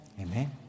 Amen